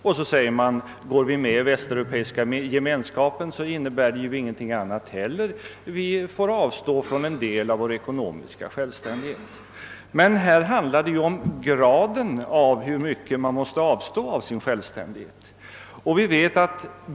Om vi går med i Västeuropeiska gemenskapen, säger man, innebär detta heller ingeting annat än att vi får avstå från en del av vår ekonomiska självständighet. Men här handlar det om graden av hur mycket man måste avstå av sin självständighet.